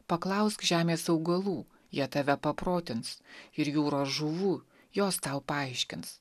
paklausk žemės augalų jie tave paprotins ir jūros žuvų jos tau paaiškins